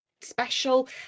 special